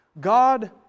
God